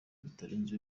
bitarenze